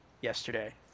yesterday